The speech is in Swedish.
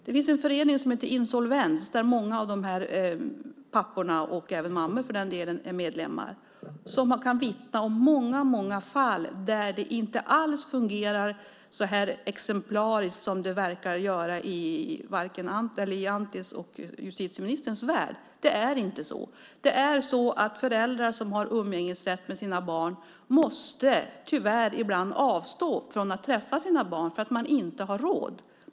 Det finns en förening som heter Insolvens där många av dessa pappor, och även mammor för den delen, är medlemmar och kan vittna om många fall där det inte alls fungerar så exemplariskt som det verkar göra i justitieministerns och Antis värld. Det är inte så. Föräldrar som har umgängesrätt med sina barn måste tyvärr ibland avstå från att träffa sina barn för att de inte har råd.